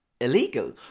illegal